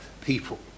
people